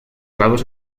lados